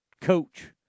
coach